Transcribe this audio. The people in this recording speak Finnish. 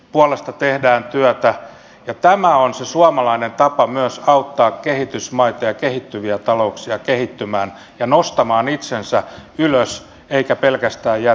puolesta tehdään työtä jo tämä on se suomalainen tapa myös auttaa kehitysmaita ja kehittyviä talouksia kehittymään ja nostamaan itsensä ylös eikä pelkästään ja